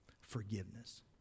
forgiveness